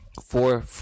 Four